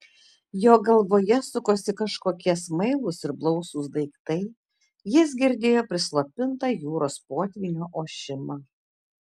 jo galvoje sukosi kažkokie smailūs ir blausūs daiktai jis girdėjo prislopintą jūros potvynio ošimą